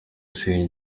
gusenya